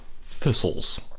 thistles